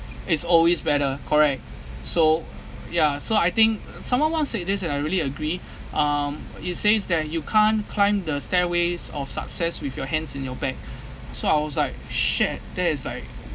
is always better correct so ya so I think someone once said this and I really agree um it says that you can't climb the stairways of success with your hands in your bag so I was like shit that is like